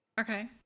okay